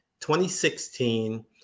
2016